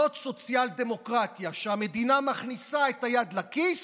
זאת סוציאל-דמוקרטיה, שהמדינה מכניסה את היד לכיס,